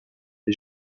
est